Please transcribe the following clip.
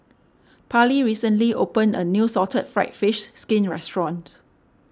Parlee recently opened a new Salted Fried Fish Skin restaurant